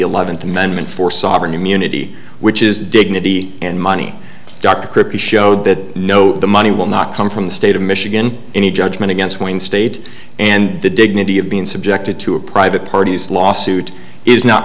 eleventh amendment for sovereign immunity which is dignity and money dr crippen showed that no the money will not come from the state of michigan any judgment against one state and the dignity of being subjected to a private parties lawsuit is not